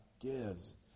gives